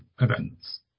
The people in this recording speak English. events